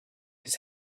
his